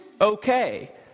okay